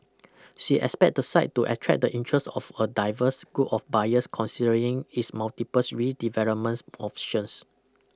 she expect the site to attract the interest of a diverse group of buyers considering its multiples redevelopments options